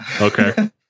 okay